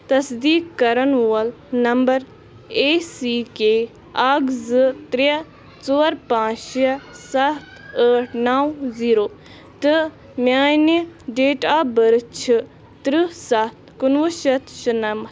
تصدیٖق کَران وول نمبَر اےٚ سی کے اَکھ زٕ ترٛےٚ ژور پانٛژھ شےٚ سَتھ ٲٹھ نَو زیٖرَو تہٕ میٛانہِ ڈیٹ آف بٔرٕتھ چھِ ترٛہ سَتھ کُنوُہ شیٚتھ شُنَمَتھ